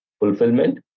fulfillment